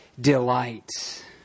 delight